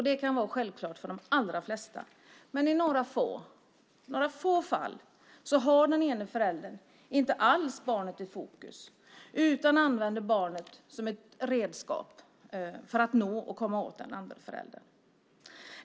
Det kan vara självklart för de allra flesta, men i några få fall har den ene föräldern inte alls barnet i fokus utan använder barnet som ett redskap för att nå och komma åt den andre föräldern.